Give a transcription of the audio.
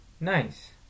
Nice